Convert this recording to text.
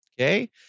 Okay